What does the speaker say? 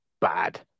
bad